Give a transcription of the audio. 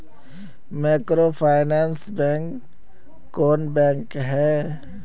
Microfinance bank कौन bank है?